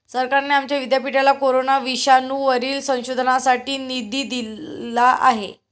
सरकारने आमच्या विद्यापीठाला कोरोना विषाणूवरील संशोधनासाठी निधी दिला आहे